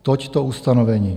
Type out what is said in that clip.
Toť to ustanovení.